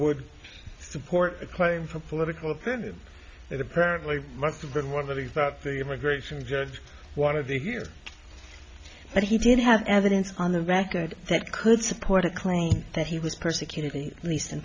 would support a claim for political opinion that apparently must have been one that he thought the immigration judge wanted to hear but he did have evidence on the record that could support a claim that he was persecuted leas